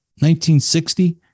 1960